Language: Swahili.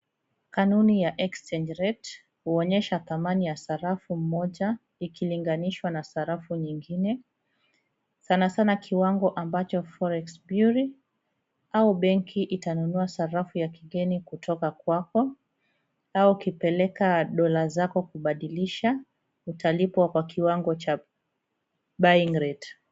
Kanuni ya exchange rate , huonyesha thamani ya sarafu moja, ikilinganishwa na sarafu nyingine, sana sana kiwango ambacho ni fore expiry au benki itanunua sarafu ya kigeni kutoka kwako. Au ukipeleka dola zako kubadilisha, utalipwa kwa kiwango chaa, buying rate .